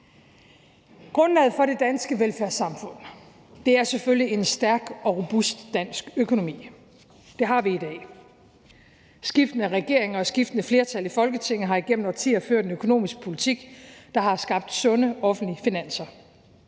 Grundlaget for det danske velfærdssamfund er selvfølgelig en stærk og robust dansk økonomi. Det har vi i dag. Skiftende regeringer og skiftende flertal i Folketinget har igennem årtier ført en økonomisk politik, der har skabt sunde offentlige finanser,